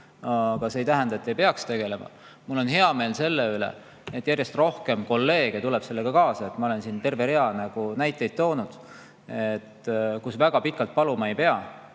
Aga see ei tähenda, et ei peaks sellega tegelema. Mul on hea meel selle üle, et järjest rohkem kolleege tuleb sellega kaasa. Ma olen siin terve rea näiteid toonud, kelle puhul väga pikalt paluma ei pea,